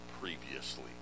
previously